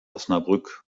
osnabrück